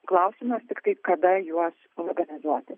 klausimas tiktai kada juos organizuoti